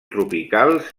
tropicals